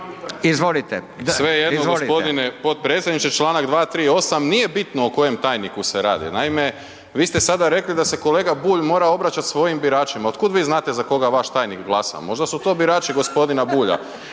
(SDP)** Svejedno g. potpredsjedniče, čl. 238. nije bitno o kojem tajniku se radi, naime vi ste sada rekli da se kolega Bulj mora obraćat svojim biračima, otkud vi znate za koga vaš tajnik glasa, možda su to birači g. Bulja,